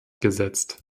gesetzt